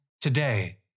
today